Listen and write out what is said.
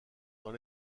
dans